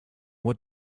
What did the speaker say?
what